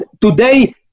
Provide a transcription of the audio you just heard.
today